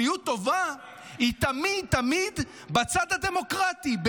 באורח פלא כפיות הטובה היא תמיד תמיד בצד הדמוקרטי.